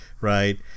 right